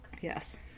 Yes